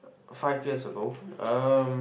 five years ago